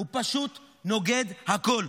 הוא פשוט נוגד הכול.